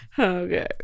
okay